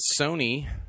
Sony